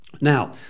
Now